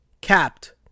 capped